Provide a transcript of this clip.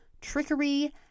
trickery